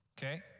okay